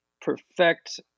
perfect